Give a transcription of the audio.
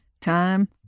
Time